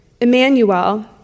Emmanuel